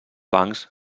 bancs